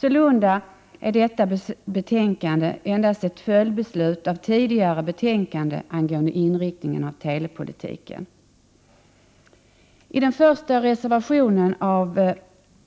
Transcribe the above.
Sålunda är detta betänkande endast ett följdbeslut till tidigare betänkande angående inriktningen av telepolitiken. I den första reservationen av